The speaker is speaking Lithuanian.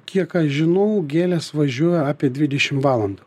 kiek aš žinau gėlės važiuoja apie dvidešimt valandų